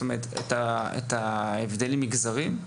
ההבדלים המגזריים?